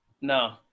No